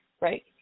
right